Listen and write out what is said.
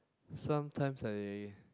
sometimes I